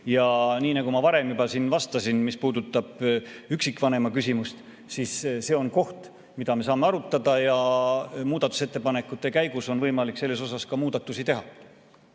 ja nii nagu ma varem juba vastasin, mis puudutab üksikvanemaküsimust, siis see on koht, mida me saame arutada ja muudatusettepanekute käigus on võimalik selles osas muudatusi teha.